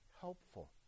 helpful